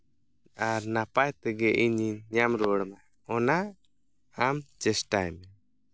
ᱟᱨ ᱱᱟᱯᱟᱭ ᱛᱮᱜᱮ ᱤᱧᱤᱧ ᱧᱟᱢ ᱨᱩᱣᱟᱹᱲ ᱢᱟ ᱚᱱᱟ ᱟᱢ ᱪᱮᱥᱴᱟᱭ ᱢᱮ